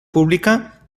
publica